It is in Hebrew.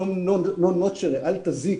"אל תזיק",